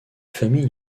famille